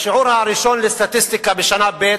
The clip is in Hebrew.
בשיעור הראשון בסטטיסטיקה בשנה ב'